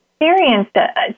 Experienced